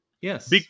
Yes